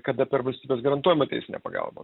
kada per valstybės garantuojamą teisinę pagalbą